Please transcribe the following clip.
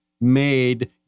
made